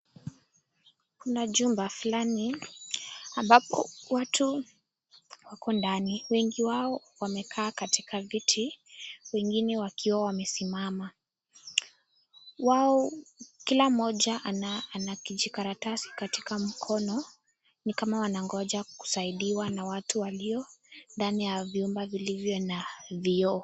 Kuna jumba fulani ambapo watu wako ndani. Wengi wao wamekaa katika , viti wengine wamesimama. Wao kila mmoja ana kijakaratasi katika mkono ni kama wanang'oja kisaidiwa na watu ambao wako ndani ya vyumba vilivyo na vioo.